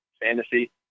Fantasy